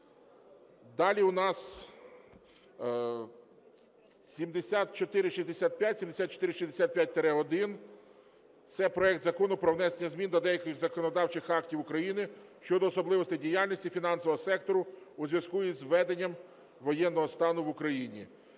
Далі в нас 7465, 7465-1 - це проект Закону про внесення змін до деяких законодавчих актів України щодо особливостей діяльності фінансового сектору у зв'язку із введенням воєнного стану в Україні.